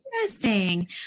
Interesting